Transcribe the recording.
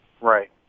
Right